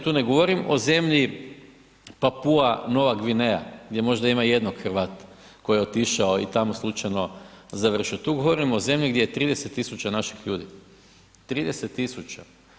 Tu ne govorim o zemlji Papua Nova Gvineja, gdje možda ima jednog Hrvata koji je otišao i tamo slučajno završio, tu govorim o zemlji gdje je 30 tisuća naših ljudi, 30 tisuća.